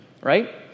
right